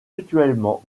mutuellement